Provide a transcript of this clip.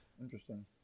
Interesting